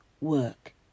work